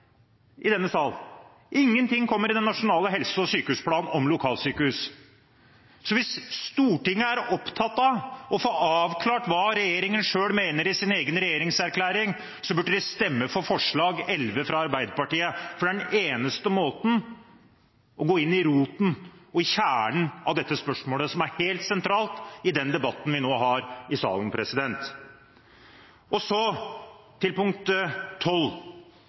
i denne sal, om at det ikke kommer noe om lokalsykehus i den nasjonale helse- og sykehusplanen. Hvis Stortinget er opptatt av å få avklart hva regjeringen selv mener i sin egen regjeringserklæring, burde de stemme for forslag nr. 11 fra Arbeiderpartiet, for det er den eneste måten å gå til roten, kjernen av dette spørsmålet, som er helt sentralt i den debatten vi nå har i salen,